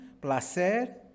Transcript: placer